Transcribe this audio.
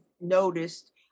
noticed